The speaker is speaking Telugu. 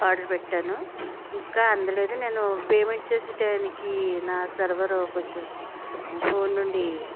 ఆర్డర్ పెట్టాను ఇంకా అందలేదు నేను పేమెంట్ చేసే టైంకి నా సర్వర్ కొంచెం ఫోన్ నుండి